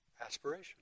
aspiration